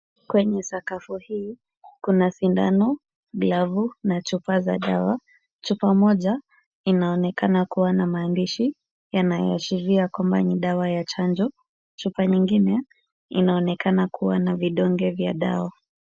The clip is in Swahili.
Kwenye sakafu hii kuna sindano, glavu na chupa za dawa. Chupa moja inaonekana kuwa na maandishi, yanayoashiria kwamba ni dawa ya chanjo, chupa nyingine, inaonekana kuwa na vidonge vya dawa.